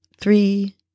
three